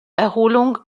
erholung